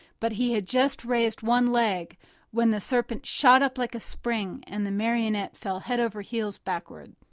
but he had just raised one leg when the serpent shot up like a spring and the marionette fell head over heels backward.